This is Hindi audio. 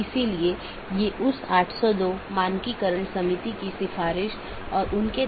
इसलिए आज हम BGP प्रोटोकॉल की मूल विशेषताओं पर चर्चा करेंगे